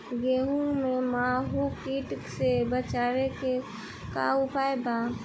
गेहूँ में माहुं किट से बचाव के का उपाय बा?